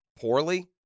poorly